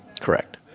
Correct